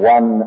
One